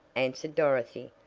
answered dorothy.